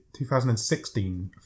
2016